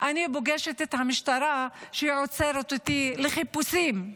אני פוגשת את המשטרה כשהיא עוצרת אותי לחיפושים,